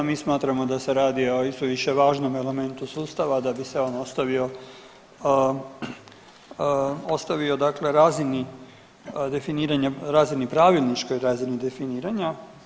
Mi smatramo da se radi o isto više važnom elementu sustava da bi se on ostavio dakle razini definiranjem razini pravilničkoj razini definiranja.